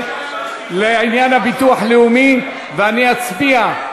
ואני אצביע,